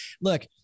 look